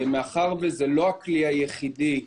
מאחר שזה לא הכלי היחידי,